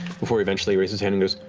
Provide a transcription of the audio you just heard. before he eventually raises his